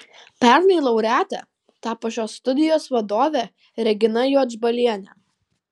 pernai laureate tapo šios studijos vadovė regina juodžbalienė